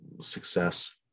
success